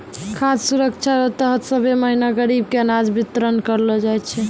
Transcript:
खाद सुरक्षा रो तहत सभ्भे महीना गरीब के अनाज बितरन करलो जाय छै